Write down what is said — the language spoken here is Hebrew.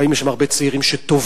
באים לשם הרבה צעירים שטובלים,